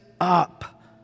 up